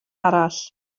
arall